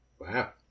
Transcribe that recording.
Wow